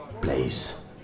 place